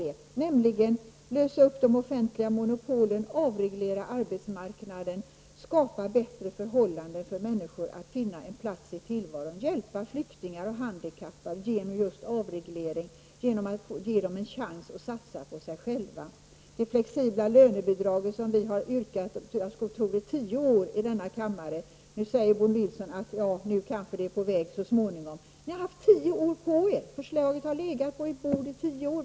Det är nämligen att lösa upp de offentliga monopolen, avreglera arbetsmarknaden, skapa bättre möjligheter för människor att finna en plats i tillvaron, hjälpa flyktingar och handikappade — just genom avreglering och genom att ge dem en chans att satsa på sig själva —, att införa det flexibla lönebidraget som vi har yrkat på i jag skulle tro tio år i denna kammare. Nu säger Bo Nilsson att ett sådant kanske är på väg. Men ni har haft tio år på er! Så länge har förslaget legat på ert bord.